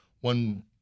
one